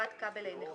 חברת כבלי נחושת.